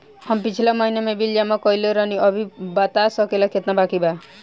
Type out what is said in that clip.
हम पिछला महीना में बिल जमा कइले रनि अभी बता सकेला केतना बाकि बा?